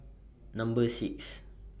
Number six